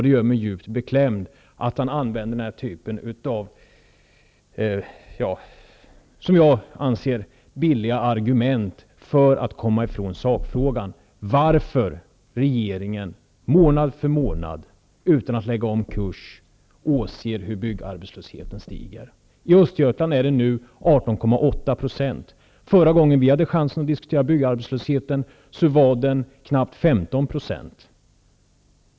Det gör mig djupt beklämd att arbetsmarknadsministern använder den här typen av, skulle jag vilja säga, billiga argument för att komma bort från sakfrågan, nämligen: Varför åser regeringen månad efter månad, utan att lägga om kursen, hur byggarbetslösheten stiger? I Östergötland ligger arbetslösheten nu på 18,8 %. Förra gången vi hade chansen att diskutera byggarbetslösheten var det fråga om knappt 15 %.